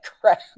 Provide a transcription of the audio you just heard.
crap